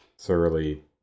thoroughly